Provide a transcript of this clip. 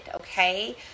okay